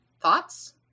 Thoughts